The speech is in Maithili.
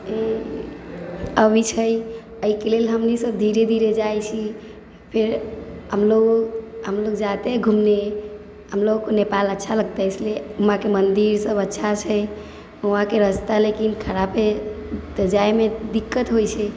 अबै छै एहिके लेल हमनि सब धीरे धीरे जाइ छी फिर हम लोग हम लोग जाते हैं घूमने हम लोगको नेपाल अच्छा लगता है इसलियै मठ मन्दिर सब अच्छा छै वहाँके रास्ता लेकिन खरापे तऽ जाइमे दिक्कत होइ छै